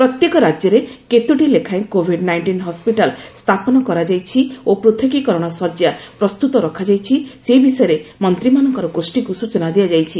ପ୍ରତ୍ୟେକ ରାଜ୍ୟରେ କେତୋଟି ଲେଖାଏଁ କୋଭିଡ୍ ନାଇଷ୍ଟିନ୍ ହସ୍କିଟାଲ୍ ସ୍ଥାପନ କରାଯାଇଛି ଓ ପୂଥକୀକରଣ ଶଯ୍ୟା ପ୍ରସ୍ତୁତ ରଖାଯାଇଛି ସେ ବିଷୟରେ ମନ୍ତ୍ରୀମାନଙ୍କର ଗୋଷୀକୁ ସୂଚନା ଦିଆଯାଇଛି